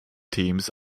teams